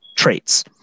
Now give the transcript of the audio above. traits